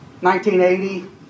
1980